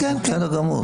זה בסדר גמור.